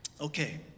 Okay